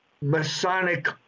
Masonic